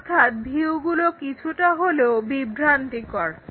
অর্থাৎ ভিউগুলো কিছুটা হলেও বিভ্রান্তিকর